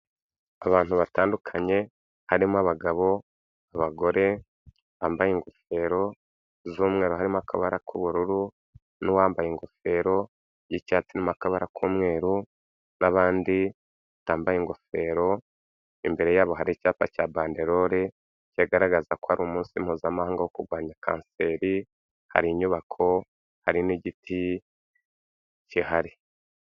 Abantu batandukanye harimo abagabo, abagore bambaye ingofero z'umweru harimo akabara k'ubururu n'uwambaye ingofero y'icyatsi irimo akabara k'umweru n'abandi batambaye ingofero, imbere yabo hari icyapa cya bandelore, kigaragaza ko ari umunsi Mpuzamahanga wo kurwanya kanseri hari inyubako, hari n'igiti gihari.